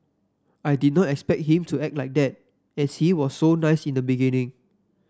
I didn't expect him to act like that as he was so nice in the beginning